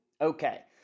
Okay